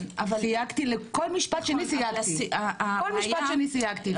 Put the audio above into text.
כל משפט שלי תייגתי, אבתיסאם.